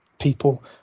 people